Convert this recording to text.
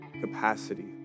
capacity